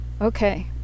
Okay